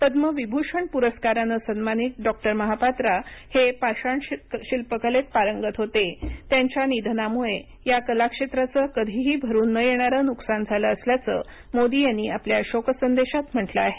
पद्मविभूषण पुरस्कारानं सन्मानित डॉ महापात्रा हे पाषाण शिल्प कलेत पारंगत होते त्यांच्या निधनामुळे या कला क्षेत्राचं कधीही भरून न येणारं नुकसान झालं असल्याचं मोदी यांनी आपल्या शोकसंदेशात म्हटलं आहे